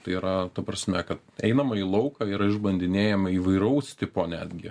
tai yra ta prasme kad einama į lauką ir išbandinėjama įvairaus tipo netgi